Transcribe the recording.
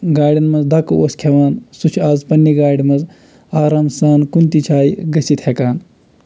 گاڑٮ۪ن منٛز دَکہٕ اوس کھٮ۪وان سُہ چھُ آز پنٛنہِ گاڑِ منٛز آرام سان کُنہِ تہِ جایہِ گٔژھِتھ ہٮ۪کان